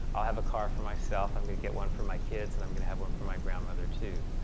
i'll have a car for myself, i'm going to get one for my kids and i'm gonna have one for my grandmother too.